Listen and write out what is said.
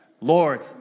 Lord